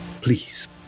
Please